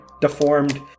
deformed